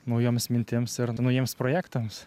naujoms mintims ir naujiems projektams